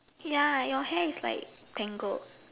ya your hair is like tangled